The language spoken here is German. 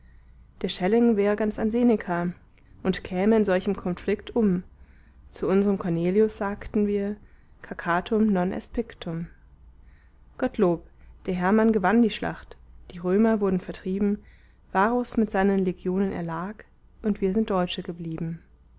der schelling wär ganz ein seneca und käme in solchem konflikt um zu unsrem cornelius sagten wir cacatum non est pictum gottlob der hermann gewann die schlacht die römer wurden vertrieben varus mit seinen legionen erlag und wir sind deutsche geblieben